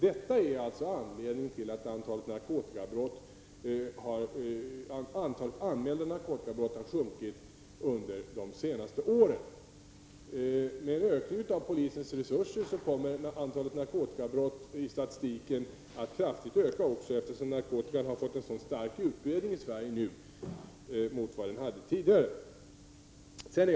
Detta är således anledningen till att antalet anmälda narkotikabrott har sjunkit under de senaste åren. Med en förstärkning av polisens resurser kommer antalet narkotikabrott att kraftigt öka i statistiken, eftersom narkotikan nu har fått en så stark utbredning i Sverige i jämförelse med vad som tidigare var fallet.